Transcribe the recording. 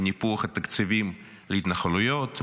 בניפוח התקציבים להתנחלויות,